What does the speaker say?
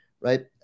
right